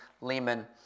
Lehman